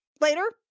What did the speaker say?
Later